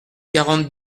quarante